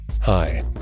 Hi